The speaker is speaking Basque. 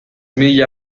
mila